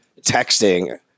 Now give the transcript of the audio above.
texting